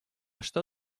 что